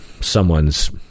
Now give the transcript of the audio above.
someone's